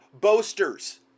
boasters